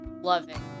loving